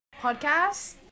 Podcast